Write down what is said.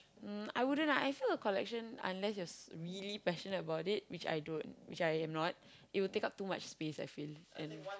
um I wouldn't lah I feel a collection unless you are really passionate about which I don't which I am not it will take up too much space I feel and